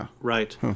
right